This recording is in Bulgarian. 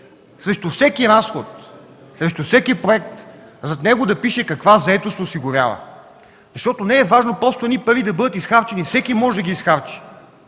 срещу всеки разход, срещу всеки проект да пише каква заетост осигурява. Не е важно просто едни пари да бъдат изхарчени, всеки може да ги изхарчи.